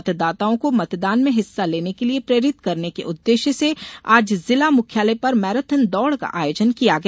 मतदाताओं को मतदान में हिस्सा लेने के लिये प्रेरित करने के उद्देश्य से आज जिला मुख्यालय पर मैराथन दौड़ का आयोजन किया गया